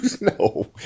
no